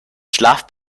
schlaf